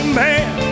man